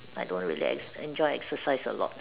I don't really X enjoy exercise a lot